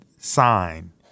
Sign